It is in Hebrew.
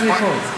חבל שזה ייפול.